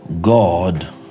God